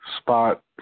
Spot